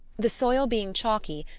the soil being chalky,